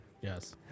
Yes